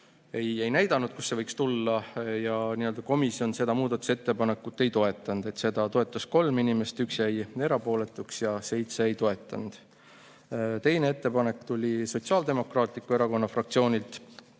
ei näidanud, kust see võiks tulla. Komisjon seda muudatusettepanekut ei toetanud, seda toetas 3 inimest, 1 jäi erapooletuks ja 7 ei toetanud. Teine ettepanek tuli Sotsiaaldemokraatliku Erakonna fraktsioonilt,